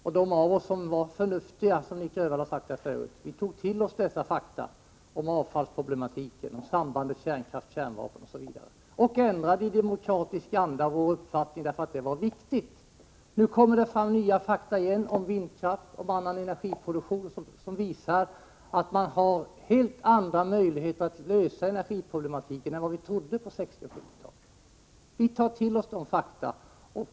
Och de av oss som var förnuftiga, som Nic Grönvall sagt förut, tog hänsyn till dessa fakta om avfallsproblematiken, om sambandet kärnkraft-kärnvapen osv., och ändrade i demokratisk anda uppfattning, därför att det var viktigt. Nu kommer det fram nya fakta igen, om vindkraft och annan energiproduktion, som visar att det finns helt andra möjligheter att lösa energiproblematiken än vad vi trodde på 60 och 70-talen. Vi tar hänsyn till dessa fakta.